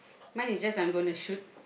mine is just I'm gonna shoot